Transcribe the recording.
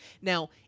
Now